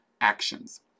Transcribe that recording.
actions